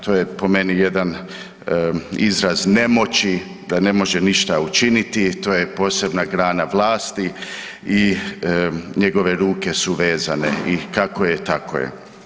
To je po meni jedan izraz nemoći, da ne može ništa učiniti, to je posebna grana vlasti i njegove ruke su vezane i kako je, tako je.